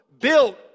built